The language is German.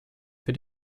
für